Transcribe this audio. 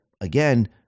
again